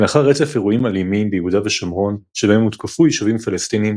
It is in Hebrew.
לאחר רצף אירועים אלימים ביהודה ושומרון שבהם הותקפו יישובים פלסטיניים,